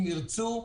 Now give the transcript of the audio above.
אם ירצו,